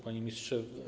Panie Ministrze!